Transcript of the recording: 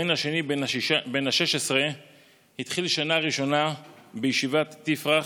הבן השני בן ה-16 התחיל שנה ראשונה בישיבת תפרח,